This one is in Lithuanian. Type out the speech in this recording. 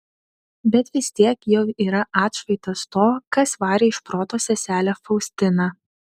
bet vis tiek jau yra atšvaitas to kas varė iš proto seselę faustiną